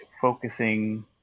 focusing